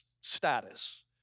status